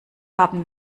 haben